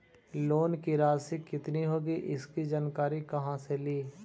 Loan की रासि कितनी होगी इसकी जानकारी कहा से ली?